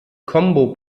combo